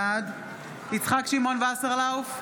בעד יצחק שמעון וסרלאוף,